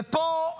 ופה,